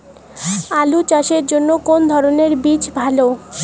আলু চাষের জন্য কোন ধরণের বীজ ভালো?